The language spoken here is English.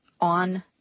on